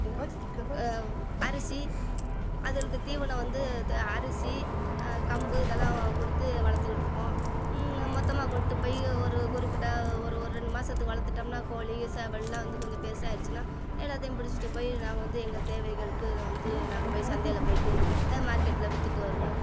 என்னாச்சி அரிசி அதுங்களுக்கு தீவனம் வந்து து அரிசி கம்பு இதெல்லாம் கொடுத்து வளர்த்துக்கிட்ருக்கோம் மொத்தமாக கொண்ட்டுப்போய் ஒரு குறிப்பிட்ட ஒரு ஒரு ரெண்டு மாதத்துக்கு வளர்த்துட்டோம்னா கோழி சேவல்லாம் வந்து கொஞ்சம் பெருசாயிருச்சின்னால் எல்லாத்தையும் பிடிச்சிட்டு போய் நாங்கள் வந்து எங்கள் தேவைகளுக்கு வந்து நாங்கள் போய் சந்தையில போய்ட்டு மார்க்கெட்ல வித்துட்டு வருவோம்